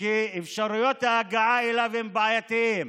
כי אפשרויות ההגעה אליו בעייתיות.